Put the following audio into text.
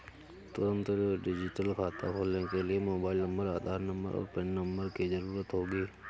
तुंरत डिजिटल खाता खोलने के लिए मोबाइल नंबर, आधार नंबर, और पेन नंबर की ज़रूरत होगी